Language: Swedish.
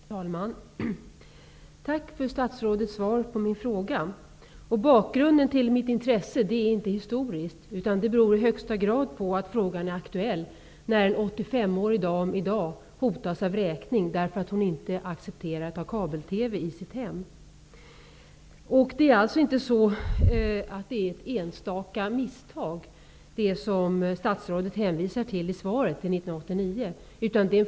Fru talman! Tack för statsrådets svar på min fråga! Bakgrunden till mitt intresse är inte historisk. Mitt intresse beror på att frågan i högsta grad är aktuell, eftersom en 85-årig dam i dag hotas av vräkning därför att hon inte accepterar att betala för kabel TV, som hon inte vill ha i sitt hem. Det fall från 1989 som statsrådet hänvisar till i svaret, rör sig inte om ett enstaka misstag.